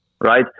right